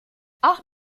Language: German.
auch